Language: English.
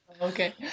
okay